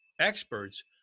experts